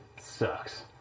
sucks